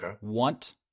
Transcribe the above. want